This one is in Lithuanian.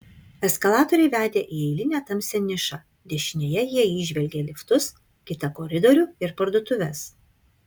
eskalatoriai vedė į eilinę tamsią nišą dešinėje jie įžvelgė liftus kitą koridorių ir parduotuves